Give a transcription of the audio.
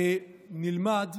נלמד.